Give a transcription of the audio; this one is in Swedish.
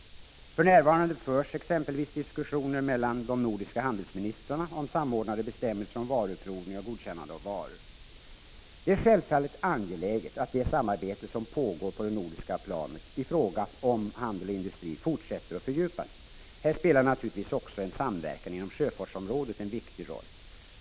För närvarande förs exempelvis diskussioner mellan de nordiska handelsministrarna om samordnade bestämmelser om varuprovning och godkännande av varor. Det är självfallet angeläget att det samarbete som pågår på det nordiska planet i fråga om handel och industri fortsätter och fördjupas. Här spelar naturligtvis också en samverkan inom sjöfartsområdet en viktig roll.